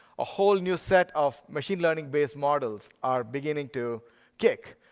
a whole new set of machine learning based models are beginning to kick.